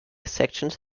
sections